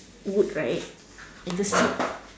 wood right and the seat